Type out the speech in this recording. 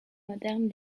moderne